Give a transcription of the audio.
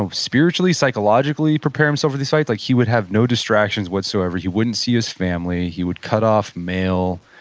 um spiritually, psychologically prepare himself for this fight. like he would have no distractions whatsoever. he wouldn't see his family. he would cut off mail.